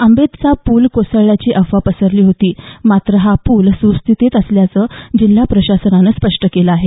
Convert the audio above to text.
आंबेतचा पूल कोसळल्याची अफवा पसरली होती मात्र हा पूल सुस्थितीत असल्याचं जिल्हा प्रशासनानं स्पष्ट केलं आहे